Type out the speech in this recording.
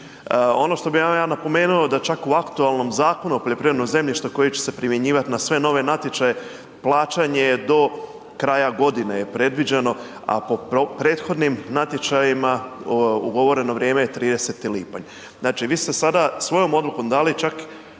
Ono što bih vam ja napomenuo da čak u aktualnom Zakonu o poljoprivrednom zemljištu koji će se primjenjivat na sve nove natječaje plaćanje je do kraja godine je predviđeno, a po prethodnim natječajima ugovoreno vrijeme je 30. lipanj. Znači vi ste sada svojom odlukom dali čak